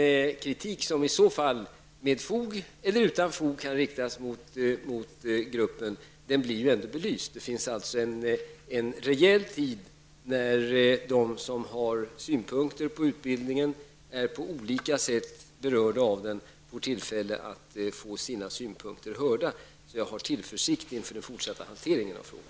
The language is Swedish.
Den kritik som i så fall, med eller utan fog, kan riktas mot gruppen blir ju då belyst. Det finns alltså rejäl tid för dem som har synpunkter på utbildningen, för dem som på olika sätt är berörda av den, att framföra sina synpunkter och få dem hörda. Jag har därför tillförsikt inför den fortsatta hanteringen av frågan.